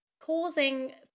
causing